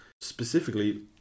Specifically